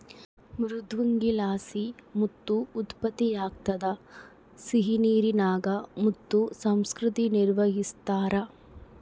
ಮೃದ್ವಂಗಿಲಾಸಿ ಮುತ್ತು ಉತ್ಪತ್ತಿಯಾಗ್ತದ ಸಿಹಿನೀರಿನಾಗ ಮುತ್ತು ಸಂಸ್ಕೃತಿ ನಿರ್ವಹಿಸ್ತಾರ